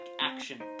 action